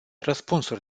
răspunsuri